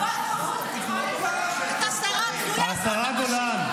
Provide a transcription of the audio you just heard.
(חברת הכנסת דבי ביטון יוצאת מאולם המליאה.) --- השרה מאי גולן,